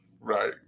right